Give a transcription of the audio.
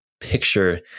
picture